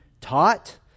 taught